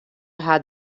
har